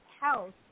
house